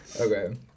Okay